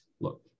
look